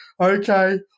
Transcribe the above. okay